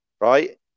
right